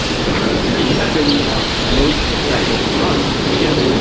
so what's been most effective for us and again, you know